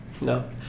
No